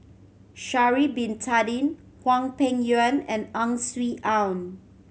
Sha'ari Bin Tadin Hwang Peng Yuan and Ang Swee Aun